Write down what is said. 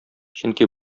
чөнки